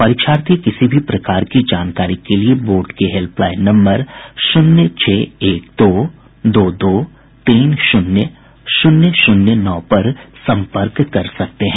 परीक्षार्थी किसी भी प्रकार की जानकारी के लिये बोर्ड के हेल्पलाइन नम्बर शून्य छह एक दो दो दो तीन शून्य शून्य शून्य नौ पर संपर्क कर सकते हैं